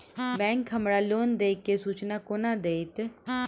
Bank हमरा loan देय केँ सूचना कोना देतय?